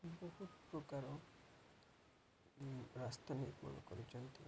ବହୁତ ପ୍ରକାର ରାସ୍ତା ନିର୍ମାଣ କରିଛନ୍ତି